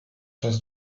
czas